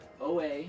OA